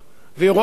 היא אומנם רואה את